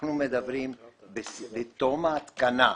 אנחנו מדברים בתום ההתקנה,